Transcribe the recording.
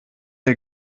der